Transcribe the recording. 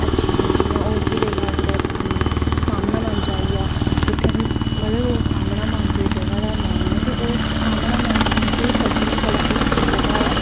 अच्छियां न जि'यां होर बी लेई लैओ कुदै सामनामंज आई गेआ उत्थें मतलब ओह् सामनामंज जगह दा नांऽ ऐ ते ओह् सामनामंज क्योंकि सभनीं कोला उच्ची जगह ऐ